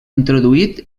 introduït